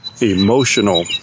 emotional